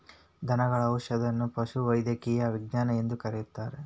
ದನಗಳ ಔಷಧದನ್ನಾ ಪಶುವೈದ್ಯಕೇಯ ವಿಜ್ಞಾನ ಎಂದು ಕರೆಯುತ್ತಾರೆ